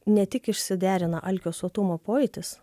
ne tik išsiderina alkio sotumo pojūtis